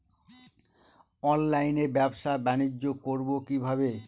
অনলাইনে ব্যবসা বানিজ্য করব কিভাবে?